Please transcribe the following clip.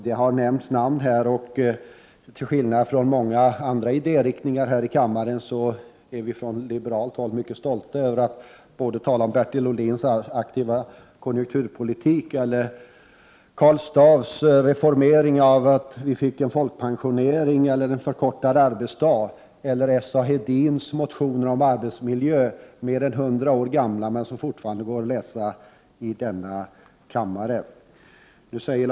Det har nämnts namn här, och till skillnad från många andra idériktningar här i kammaren är vi från liberalt håll mycket stolta över att tala om både Bertil Ohlins aktiva konjunkturpolitik, Karl Staaffs reformarbete som ledde till folkpensioneringen och en förkortad arbetsdag och S.A. Hedins motioner om arbetsmiljö, som är mer än 100 år gamla men som fortfarande med behållning går att läsa.